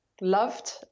loved